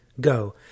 Go